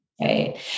Right